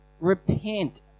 Repent